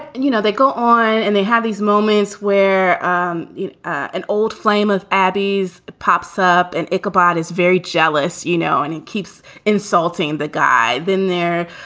and you know, they go on and they have these moments where um an old flame of abbies pops up and ichabod is very jealous, you know, and he keeps insulting the guy in there.